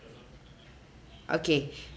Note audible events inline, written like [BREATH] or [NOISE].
okay [BREATH]